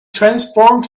transformed